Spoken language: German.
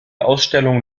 ausstellung